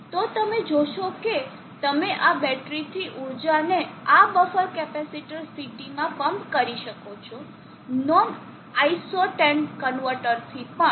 તો તમે જોશો કે તમે આ બેટરીથી ઊર્જાને આ બફર કેપેસિટર CT માં પંપ કરી શકો છો નોન આઇસોન્ટેડ કન્વર્ટરથી પણ